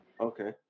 Okay